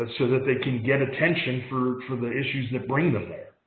but so that they can get attention for for the issues that bring them there.